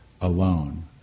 alone